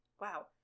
Wow